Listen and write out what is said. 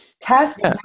test